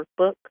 workbook